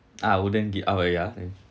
I wouldn't give ah oh ya